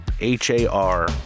H-A-R